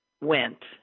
went